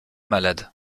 malade